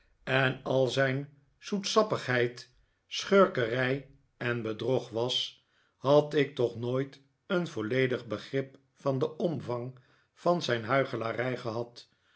en al zijn uriah heep in moeilijkheden zoetsappigheid schurkerij en bedrog was had ik toch nooit een volledig begrip van den omvang van zijn huichelanj gehad